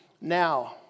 now